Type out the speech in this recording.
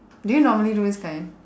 do you normally do this kind